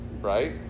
right